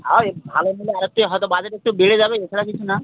আবার এ ভালো হলে আগের থেকে হয়তো বাজেট একটু বেড়ে যাবে এছাড়া কিছু না